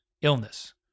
illness